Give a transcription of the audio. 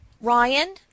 Ryan